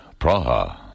Praha